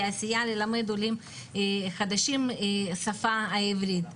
לעשייה ללמד עולים חדשים את השפה העברית.